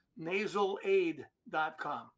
nasalaid.com